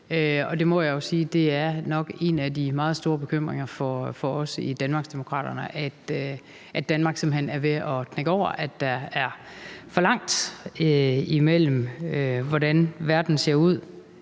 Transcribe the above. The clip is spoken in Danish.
det er en af de meget store bekymringer for os i Danmarksdemokraterne, at Danmark simpelt hen er ved at knække over, altså at der er for langt imellem, hvordan verden ser ud